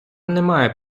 немає